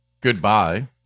Goodbye